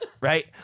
right